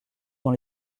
dans